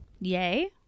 Yay